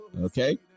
Okay